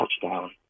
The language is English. touchdown